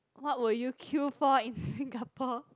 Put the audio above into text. what would you kill for in Singapore